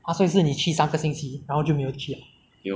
ha 所以是你去三个星期然后就没有去 ah